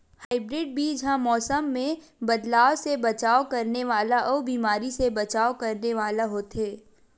hybrid बीज हा मौसम मे बदलाव से बचाव करने वाला अउ बीमारी से बचाव करने वाला होथे